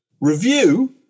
Review